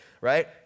Right